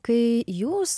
kai jūs